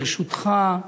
ברשותך,